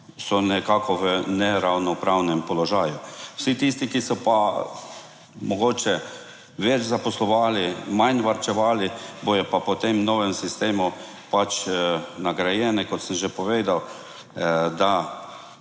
so nekako v ne ravno pravnem položaju. Vsi tisti, ki so pa mogoče več zaposlovali, manj varčevali, bodo pa po tem novem sistemu pač nagrajeni. Kot sem že povedal, da